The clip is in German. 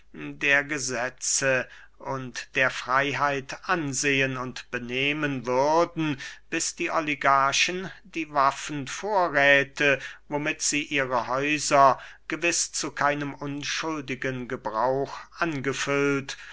der gesetze und der freyheit ansehen und benehmen würden bis die oligarchen die waffenvorräthe womit sie ihre häuser gewiß zu keinem unschuldigen gebrauch angefüllt